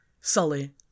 sully